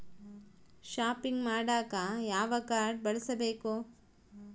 Shopping ಮಾಡಾಕ ಯಾವ card ಬಳಸಬೇಕು?